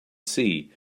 see